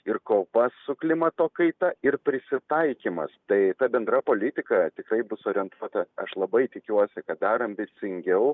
ir kova su klimato kaita ir prisitaikymas tai ta bendra politika tikrai bus orientuota aš labai tikiuosi kad dar ambicingiau